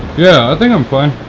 yeah, i think i'm fine.